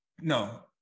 no